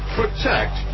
protect